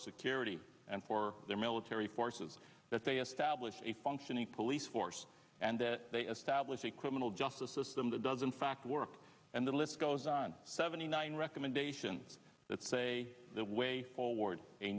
security and for their military forces that they establish a functioning police force and that they establish a criminal justice system that does in fact work and the list goes on seventy nine recommendations that's a way forward a